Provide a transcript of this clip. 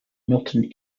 milton